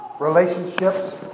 relationships